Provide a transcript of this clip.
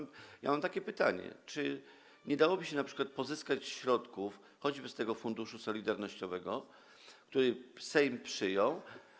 Mam takie pytanie: Czy nie dałoby się pozyskać środków choćby z tego funduszu solidarnościowego, który Sejm przyjął?